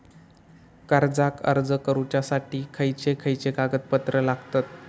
कर्जाक अर्ज करुच्यासाठी खयचे खयचे कागदपत्र लागतत